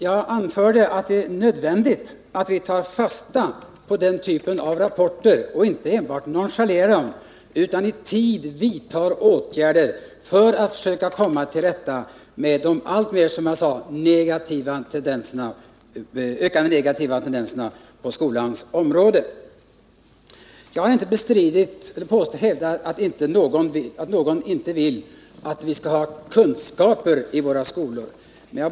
Jag anförde att det är nödvändigt att vi tar fasta på den typen av rapporter och inte enbart nonchalerar dem. Vi måste i tid vidta åtgärder för att försöka komma till rätta med de, som jag sade, alltmer ökande negativa tendenserna på skolans område. Jag har inte hävdat att det finns någon som vill att vi inte skall förmedla kunskaper i våra skolor.